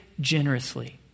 generously